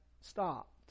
stopped